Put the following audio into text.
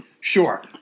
sure